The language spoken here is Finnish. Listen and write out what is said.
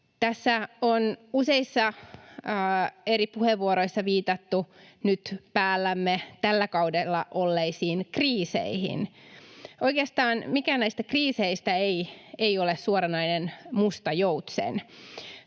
Tässä on useissa eri puheenvuoroissa viitattu päällämme nyt tällä kaudella olleisiin kriiseihin. Oikeastaan mikään näistä kriiseistä ei ole suoranainen musta joutsen.